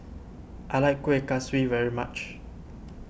I like Kuih Kaswi very much